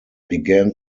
began